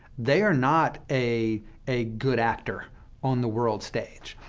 they are not a a good actor on the world stage.